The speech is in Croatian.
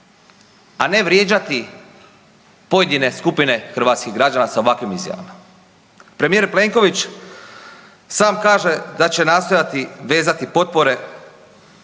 a ne vrijeđati pojedine skupine hrvatskih građana sa ovakvim izjavama. Premijer Plenković sam kaže da će nastojati vezati potpore